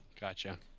Gotcha